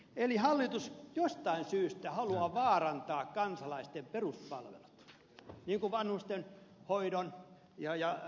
eli hallitus jostain syystä haluaa vaarantaa kansalaisten peruspalvelut niin kuin vanhustenhoidon ja terveyspalvelut